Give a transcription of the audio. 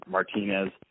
Martinez